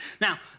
now